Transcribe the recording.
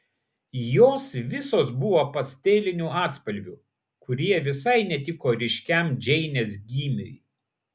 jos visos buvo pastelinių atspalvių kurie visai netiko ryškiam džeinės gymiui